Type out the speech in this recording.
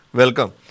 welcome